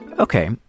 Okay